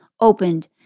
opened